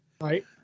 Right